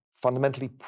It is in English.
fundamentally